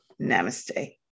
namaste